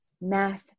math